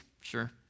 sure